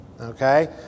okay